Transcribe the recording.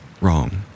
wrong